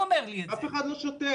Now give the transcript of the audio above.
אף אחד לא שותק.